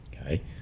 Okay